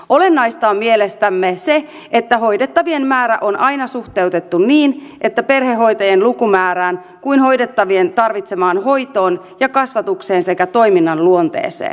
olennaista on mielestämme se että hoidettavien määrä on aina suhteutettu niin perhehoitajien lukumäärään kuin hoidettavien tarvitsemaan hoitoon ja kasvatukseen sekä toiminnan luonteeseen